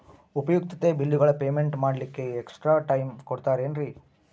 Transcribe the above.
ಉಪಯುಕ್ತತೆ ಬಿಲ್ಲುಗಳ ಪೇಮೆಂಟ್ ಮಾಡ್ಲಿಕ್ಕೆ ಎಕ್ಸ್ಟ್ರಾ ಟೈಮ್ ಕೊಡ್ತೇರಾ ಏನ್ರಿ?